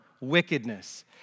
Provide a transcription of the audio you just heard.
wickedness